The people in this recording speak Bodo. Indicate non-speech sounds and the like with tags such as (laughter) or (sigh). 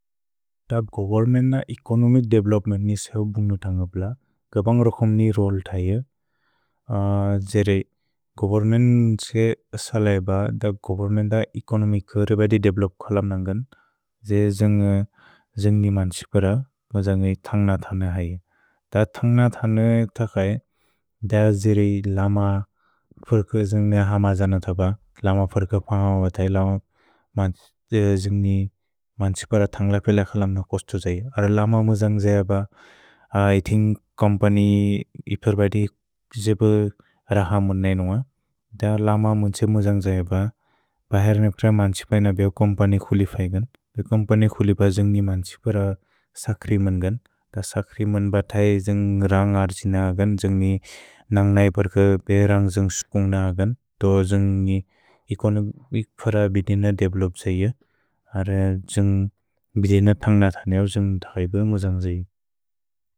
द गोव्र्म्न् न एक्न्म्क् देव्ल्प्म्न् निसेउ बुन्ग्नु तन्ग्प्ल, क्प्न्ग् र्क्स्म्नि रोल् तये, (hesitation) द्जेरे गोव्र्म्न् त्से सलैब, द गोव्र्म्न् न एक्न्म्क् र्बेदि देव्ल्प् क्ल्प् नन्ग्न्, द्जे ज्न्ग् ज्न्ग्नि मन् त्इप्र, बो जन्ग्नि तन्ग् न तने हये। द तन्ग् न तने तने तक् अये, द द्जेरे लम फ्र्क् ज्न्ग्नि अह म जन तब, लम फ्र्क् प्न्ग् अव तये लम ज्न्ग्नि मन् त्इप्र तन्ग् ल प्ल क्ल्प् न कोस्तु त्सये। अर लम मु जन्ग् जएब, इत्न्ग् कोम्पनि प्र्बति द्ज्ब् रह मु नन्गुअ, द लम मु त्से मु जन्ग् जएब बहेर् न्प्र मन् त्इप्न बेओ कोम्पनि क्सुलि फज्न्, बेओ कोम्पनि क्सुलि ब ज्न्ग्नि मन् त्इप्र सक्रि म्न्न्, द सक्रि म्न्न् ब तये ज्न्ग् रन्ग् अर् त्इन अग्न्, ज्न्ग्नि नन्ग् नप्र्क् बे रन्ग् ज्न्ग् स्कुन्ग्न अग्न्, दो ज्न्ग्नि एक्न्म्क् प्र्बति बिद्न देव्लोप् त्से, अर् त्न्ग् बिद्न प्न्ग्न तनेअव् त्न्ग् तय्ब् मु जन्ग् जएब।